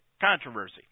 controversy